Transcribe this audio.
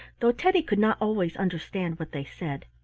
though teddy could not always understand what they said.